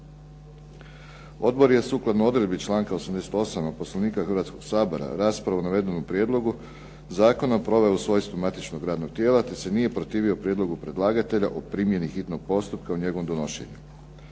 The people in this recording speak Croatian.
Odbor je sukladno odredbi članka 88. Poslovnika Hrvatskog sabora raspravio o navedenom prijedlogu zakona proveo u svoju matičnog radnog tijela, te se nije protivio prijedlogu predlagatelja o primjeni hitnog postupka u njegovom donošenju.